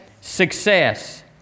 Success